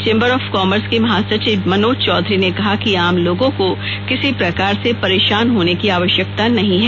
chamber of commerce के महासचिव मनोज चौधरी ने कहा कि आम लोगों को किसी प्रकार से परेशान होने की आवश्यकता नहीं है